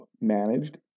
managed